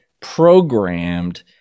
programmed